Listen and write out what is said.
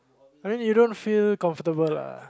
I mean you don't feel comfortable lah